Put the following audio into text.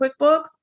QuickBooks